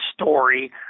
story